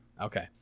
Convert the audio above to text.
Okay